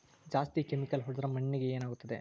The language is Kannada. ಜಾಸ್ತಿ ಕೆಮಿಕಲ್ ಹೊಡೆದ್ರ ಮಣ್ಣಿಗೆ ಏನಾಗುತ್ತದೆ?